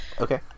Okay